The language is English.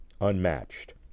unmatched